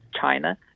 China